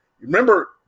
remember